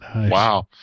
Wow